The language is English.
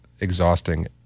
exhausting